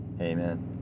Amen